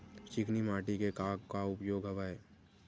चिकनी माटी के का का उपयोग हवय?